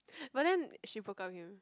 but then she broke up with him